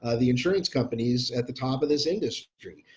ah the insurance companies at the top of this industry,